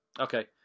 Okay